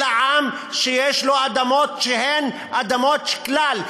אלא עם שיש לו אדמות שהן אדמות הכלל.